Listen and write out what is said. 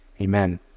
Amen